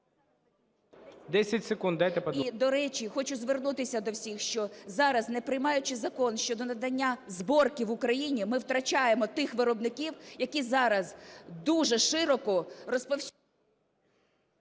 до речі, хочу звернутися до всіх, що зараз, не приймаючи Закон щодо надання зборки в Україні, ми втрачаємо тих виробників, які зараз дуже широко...